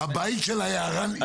הבית של היערן,